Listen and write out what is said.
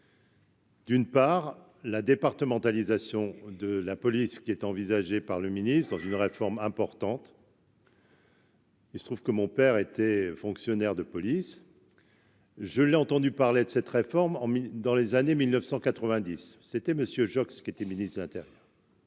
D'une part la départementalisation de la police qui est envisagée par le ministre dans une réforme importante. Il se trouve que mon père était fonctionnaire de police, je l'ai entendu parler de cette réforme en mille dans les années 1990 c'était monsieur Joxe, qui était ministre de l'Intérieur.